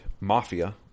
Mafia